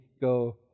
go